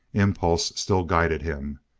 impulse still guided him.